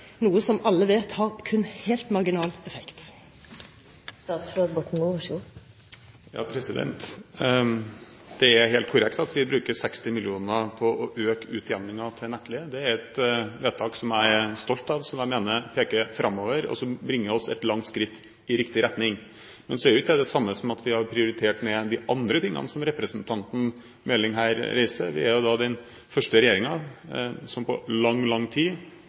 noe som alle vet har kun helt marginal effekt. Det er helt korrekt at vi bruker 60 mill. kr på å øke utjevningen av nettleie. Det er et vedtak som jeg er stolt av, som jeg mener peker framover, og som bringer oss et langt skritt i riktig retning. Men det er ikke det samme som at vi har prioritert ned de andre tingene som representanten Meling her peker på. Det er den første regjeringen på lang, lang tid